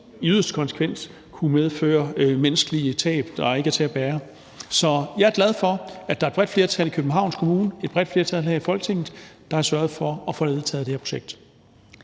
i yderste konsekvens kunne medføre menneskelige tab, der ikke er til at bære. Så jeg er glad for, at der er et bredt flertal i Københavns Kommune og et bredt flertal her i Folketinget, der har sørget for at få vedtaget det her projekt.